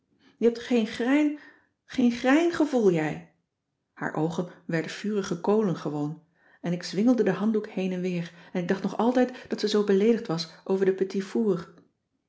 je hebt geen grein geen grein gevoel jij haar oogen werden vurige kolen gewoon en ik zwingelde den handdoek heen en weer en ik dacht nog altijd dat ze zoo beleedigd was over de